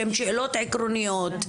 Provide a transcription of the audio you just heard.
שהן שאלות עקרוניות,